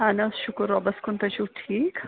اَہَن حظ شُکُر رۄبَس کُن تُہۍ چھُو ٹھیٖک